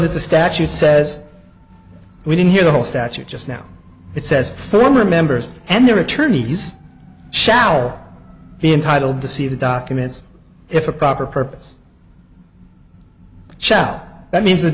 that the statute says we didn't hear the whole statute just now it says former members and their attorneys shall be entitled to see the documents if a proper purpose shall that means